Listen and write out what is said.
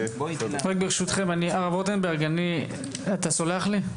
ברשותכם הרב רוטנברג אתה סולח לי?